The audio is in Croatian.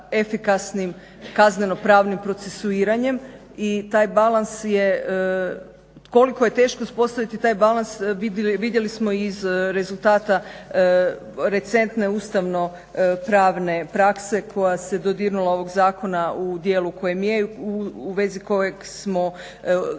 efikasnim kazneno-pravnim procesuiranjem i taj balans je, koliko je teško uspostaviti taj balans vidjeli smo i iz rezultata recentne ustavno-pravne prakse koja se dodirnula ovog zakona u dijelu kojem je, u vezi kojeg smo učinili